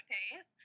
days